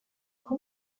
être